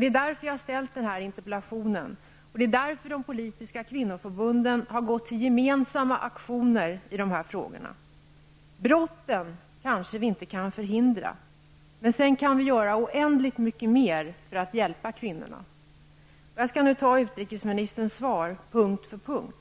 Det är därför jag har ställt den här interpellationen, och det är därför de politiska kvinnoförbunden har gått till gemensamma aktioner i de här frågorna. Brotten kan vi kanske inte förhindra, men sedan kan vi göra oändligt mycket mer för att hjälpa kvinnorna. Jag skall nu kommentera utrikesministerns svar punkt för punkt.